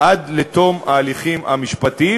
עד לתום ההליכים המשפטיים,